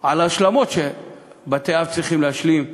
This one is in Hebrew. על השלמות שבתי-אב צריכים להשלים בחינוך,